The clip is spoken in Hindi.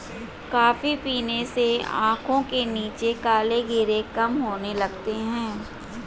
कॉफी पीने से आंखों के नीचे काले घेरे कम होने लगते हैं